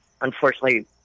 unfortunately